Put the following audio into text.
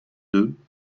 deux